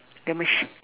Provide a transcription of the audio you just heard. the machine